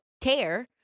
tear